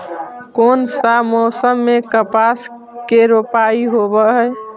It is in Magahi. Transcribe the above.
कोन सा मोसम मे कपास के रोपाई होबहय?